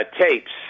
tapes